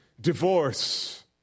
divorce